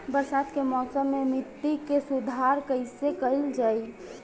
बरसात के मौसम में मिट्टी के सुधार कईसे कईल जाई?